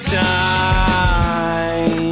time